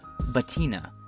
Batina